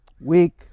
Weak